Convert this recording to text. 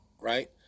right